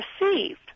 received